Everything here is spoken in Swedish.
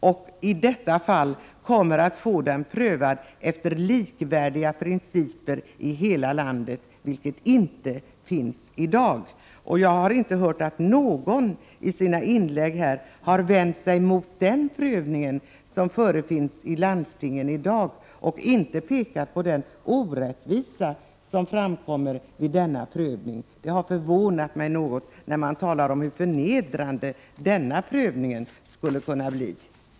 I så fall kommer de också att få den prövad efter för hela landet likvärdiga principer, något som inte gäller i dag. Jag har inte hört att någon i sina inlägg har vänt sig mot den prövning som i dag förekommer i landstingen och inte heller att någon pekat på den orättvisa som denna prövning leder till. Det har förvånat mig något att ingen gjort detta, samtidigt som det talas om hur förnedrande den nu aktuella prövningen skulle kunna bli.